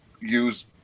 use